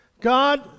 God